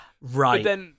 Right